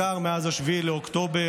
ובעיקר מאז 7 באוקטובר,